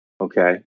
okay